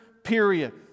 Period